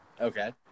Okay